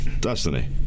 Destiny